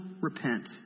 repent